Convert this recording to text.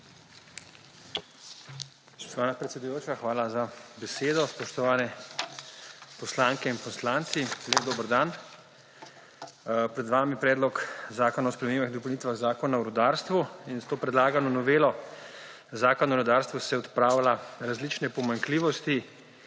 hvala za besedo. Spoštovane poslanke in poslanci, lep dober dan! Pred vami je Predlog zakona o spremembah in dopolnitvah Zakona o rudarstvu. S to predlagano novelo Zakona o rudarstvu se odpravlja različne pomanjkljivosti,